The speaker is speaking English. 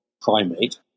primate